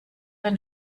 ein